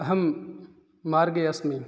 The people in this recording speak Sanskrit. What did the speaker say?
अहं मार्गे अस्मि